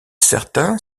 certain